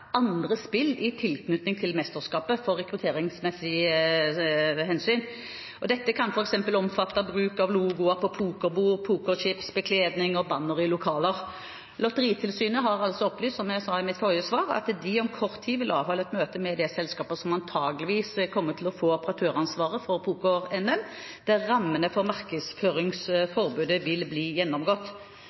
andre spill i tilknytning til mesterskapet av rekrutteringsmessige hensyn. Dette kan f.eks. omfatte bruk av logoer på pokerbord, pokerchips, bekledning og bannere i lokaler. Lotteritilsynet har opplyst – som jeg sa i mitt forrige svar – at de om kort tid vil avholde et møte med det selskapet som antageligvis kommer til å få operatøransvaret for poker-NM, der rammene for markedsføringsforbudet vil bli gjennomgått.